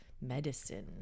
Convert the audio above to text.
medicine